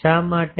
શા માટે